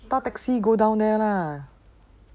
搭 taxi go down there lah